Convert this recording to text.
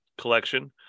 collection